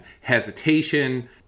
hesitation